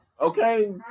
Okay